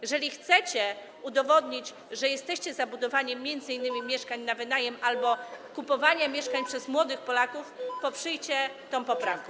Jeżeli chcecie udowodnić, że jesteście za budowaniem m.in. mieszkań na wynajem albo kupowaniem mieszkań przez młodych Polaków, poprzyjcie tę poprawkę.